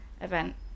event